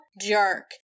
jerk